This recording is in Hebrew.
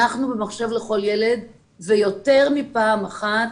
אנחנו במחשב לכל ילד, ויותר מפעם אחת,